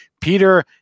Peter